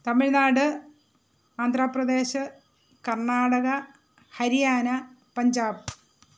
Tamil Nadu Andhra Pradesh Karnataka Haryana Punjab